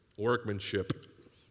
workmanship